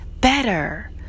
better